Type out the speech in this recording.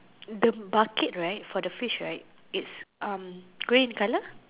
the bucket right for the fish right it's um grey in color